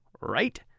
Right